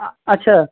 आ अच्छा